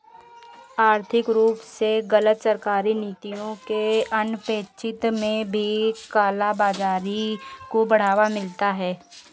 आर्थिक रूप से गलत सरकारी नीतियों के अनपेक्षित में भी काला बाजारी को बढ़ावा मिलता है